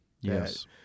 Yes